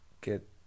get